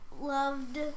Loved